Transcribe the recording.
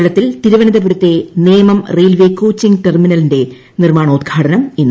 കേരളത്തിൽ തിരുവനന്തപുരത്തെ Nemam railway coaching ടെർമിനലിന്റെ നിർമ്മാണോദ്ഘാടനം ഇന്ന്